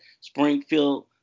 Springfield